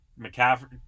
McCaffrey